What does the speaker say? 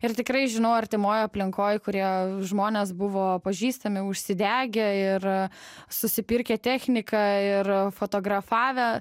ir tikrai žinau artimoj aplinkoj kurie žmonės buvo pažįstami užsidegę ir susipirkę techniką ir fotografavę